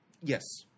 Yes